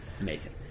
Amazing